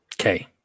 Okay